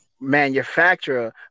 manufacturer